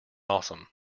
awesome